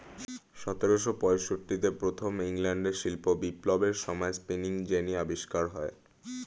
সতেরোশো পঁয়ষট্টিতে প্রথম ইংল্যান্ডের শিল্প বিপ্লবের সময়ে স্পিনিং জেনি আবিষ্কার হয়